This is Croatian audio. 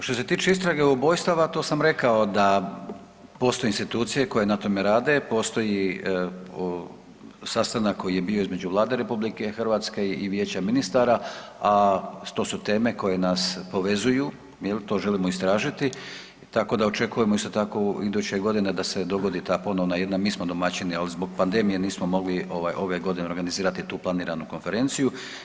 Što se tiče istrage ubojstava, to sam rekao da postoje institucije koje na tome rade, postoji sastanak koji je bio između Vlade RH i Vijeća ministara, a to su teme koje nas povezuju jel, to želimo istražiti, tako da očekujemo isto tako iduće godine da se dogodi ta ponovna jedna, mi smo domaćini, al zbog pandemije nismo mogli ovaj ove godine organizirati tu planiranu konferenciju.